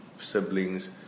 siblings